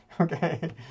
Okay